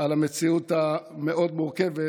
על המציאות המאוד-מורכבת.